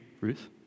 Ruth